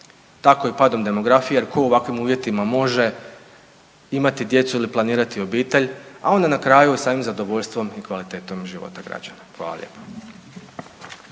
tako i padom demografije. Jer tko u ovakvim uvjetima može imati djecu ili planirati obitelj, a onda na kraju i samim zadovoljstvom i kvalitetom života građana? Hvala lijepa.